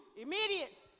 immediate